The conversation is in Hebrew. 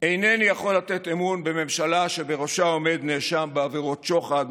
אינני יכול לתת אמון בממשלה שבראשה עומד נאשם בעבירות שוחד,